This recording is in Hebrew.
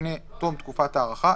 לפני תום תקופת ההארכה,